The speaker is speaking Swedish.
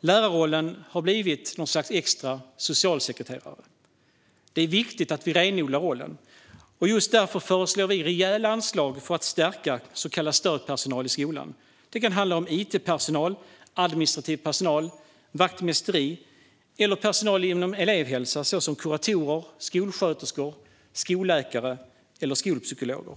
Läraren har blivit någon sorts extra socialsekreterare. Det är viktigt att renodla lärarrollen, och just därför föreslår vi rejäla anslag för att förstärka så kallad stödpersonal i skolan. Det kan handla om it-personal, administrativ personal och vaktmästeri eller personal inom elevhälsan såsom kuratorer, sjuksköterskor, skolläkare och skolpsykologer.